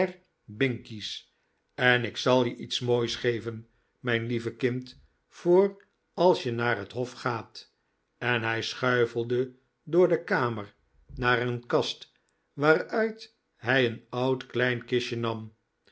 binkies en ik zal je iets moois geven mijn lieve kind voor als je naar het hof gaat en hij schuifelde door de kamer naar een kast waaruit hij een oud klein kistje nam